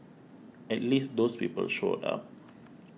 at least those people showed up